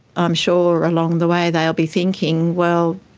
i'm sure along the way they'll be thinking, well,